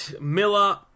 Miller